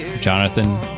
Jonathan